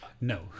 No